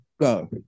go